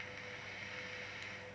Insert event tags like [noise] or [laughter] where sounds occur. [breath]